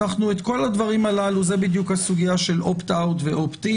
זו בדיוק הסוגיה של opt-out ו-opt-in